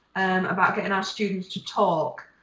about getting our students to talk.